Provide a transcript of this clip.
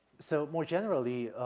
so more generally,